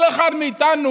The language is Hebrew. כל אחד מאיתנו,